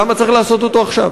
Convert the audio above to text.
למה צריך לעשות אותו עכשיו?